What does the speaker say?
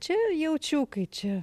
čia jaučiukai čia